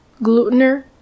Glutener